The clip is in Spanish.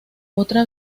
otra